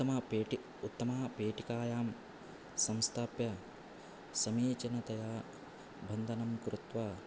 उत्तमा पेटिका उत्तमापेटिकायां संस्थाप्य समीचीनतया बन्धनं कृत्वा